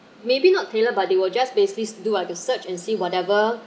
maybe not tailor but they will just basically do like a search and see whatever